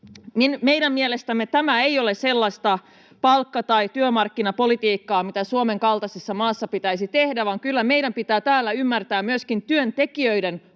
Meidän mielestämme tämä ei ole sellaista palkka- tai työmarkkinapolitiikkaa, mitä Suomen kaltaisessa maassa pitäisi tehdä, vaan kyllä meidän pitää täällä ymmärtää myöskin työntekijöiden arvo